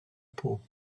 peau